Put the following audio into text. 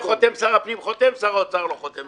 שר הפנים חותם שר האוצר לא חותם,